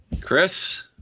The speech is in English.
Chris